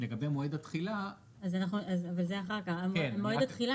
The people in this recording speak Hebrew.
לגבי מועד התחילה ---- את מועד התחילה